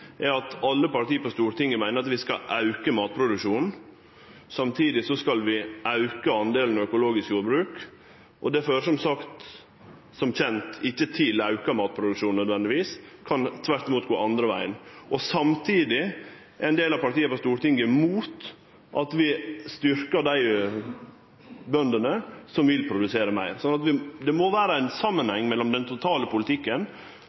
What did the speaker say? skal auke matproduksjonen. Samtidig skal vi auke delen økologisk jordbruk. Det fører som kjent ikkje nødvendigvis til auka matproduksjon – det kan tvert imot gå andre vegen. Samtidig er ein del av partia på Stortinget imot at vi styrkjer dei bøndene som vil produsere meir. Det må vere ein samanheng i den totale politikken.